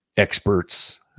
experts